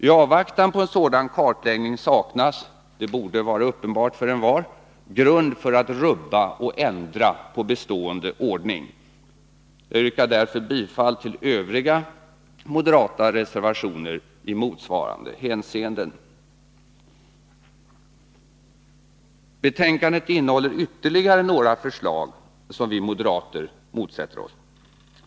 Tavvaktan på en sådan kartläggning saknas — det borde vara uppenbart för envar — grund för att rubba och ändra på bestående ordning. Jag yrkar därför bifall till övriga moderata reservationer i motsvarande hänseenden. Betänkandet innehåller ytterligare några förslag som vi moderater motsätter oss.